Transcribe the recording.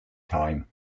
time